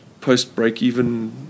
post-break-even